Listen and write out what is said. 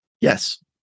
Yes